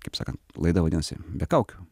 kaip sakant laida vadinasi be kaukių